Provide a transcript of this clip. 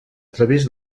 través